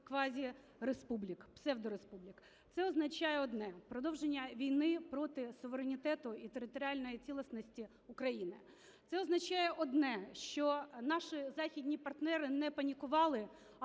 квазіреспублік, пвсевдореспублік. Це означає одне: продовження війни проти суверенітету і територіальної цілісності України. Це означає одне, що наші західні партнери не панікували,